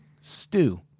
Stew